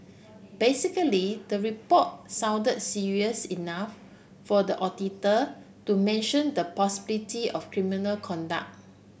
basically the report sounded serious enough for the auditor to mention the possibility of criminal conduct